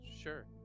sure